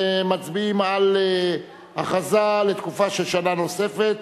מצביעים על הכרזה לתקופה של שנה נוספת,